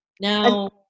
Now